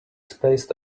spaced